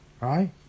Right